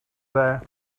there